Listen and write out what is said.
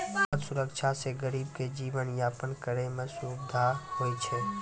खाद सुरक्षा से गरीब के जीवन यापन करै मे सुविधा होय छै